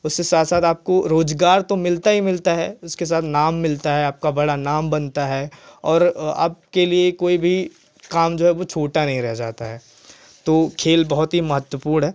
उस साथ साथ आपको रोज़गार तो मिलता ही मिलता है उसके साथ नाम मिलता है आपका बड़ा नाम बनता है और आपके लिए कोई भी काम जो है छोटा नहीं रह जाता है तो खेल बहुत ही महत्वपूर्ण है